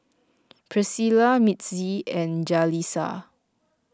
Pricilla Mitzi and Jalisa